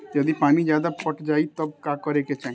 यदि पानी ज्यादा पट जायी तब का करे के चाही?